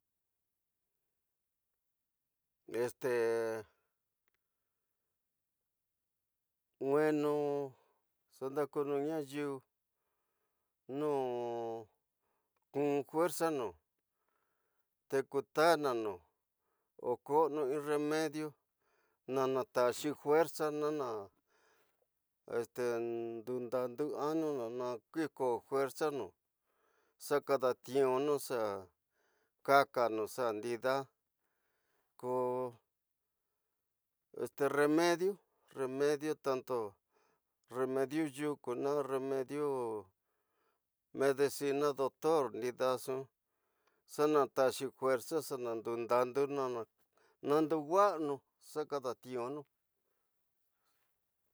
nwenu xa ndakunu ña yisu nu ku'n fuerza nu, te katananu, o kwonu nu remedio na nataxi ñuersa nana ñdu ndandu anu na ku kho ñuersavi, xa kada tisunu, xa kakanu xa ñida ko este remedio, remedio tanto, remedio yuku ñu remedio medicina dolor ndedexu, xa nataxi fuerza xa dan dundendunu, nanduwasanu xa kadati'unu.